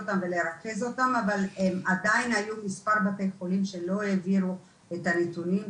אבל עדיין היו מספר בתי חולים שלא העבירו את הנתונים.